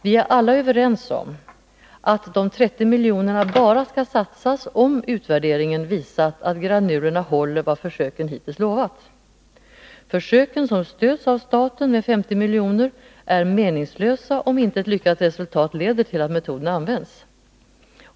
Vi är alla överens om att de 30 miljonerna bara skall satsas om utvärderingen visat att granulerna håller vad försöken hittills lovat. Försöken, som stöds av staten med 50 milj.kr., blir meningslösa om inte ett lyckat resultat leder till att metoden används.